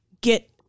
get